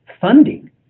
funding